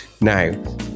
now